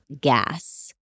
gas